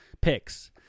picks